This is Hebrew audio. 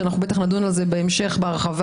ואנחנו בטח נדון על זה בהמשך בהרחבה,